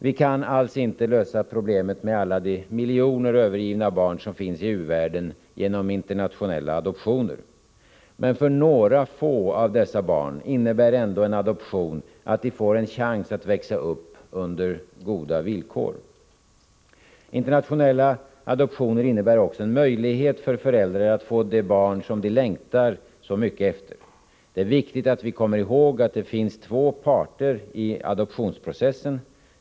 Vi kan alls inte lösa problemet med alla de miljoner övergivna barn som finns i u-världen genom internationella adoptioner. Men för några få av dessa barn innebär ändå en adoption att de får en chans att växa upp under goda villkor. Internationella adoptioner innebär också en möjlighet för föräldrar att få det barn som de längtar så mycket efter. Det är viktigt att vi kommer ihåg att det finns två parter i adoptionsprocessen.